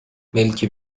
ملکی